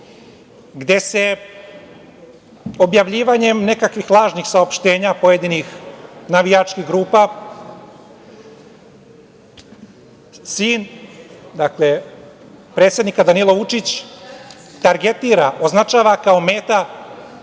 gde se objavljivanjem nekakvih lažnih saopštenja pojedinih navijačkih grupa sin predsednika, dakle Danilo Vučić targetira, označava kao meta